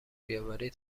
بیاوری